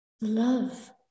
Love